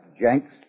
Jenks